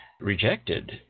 rejected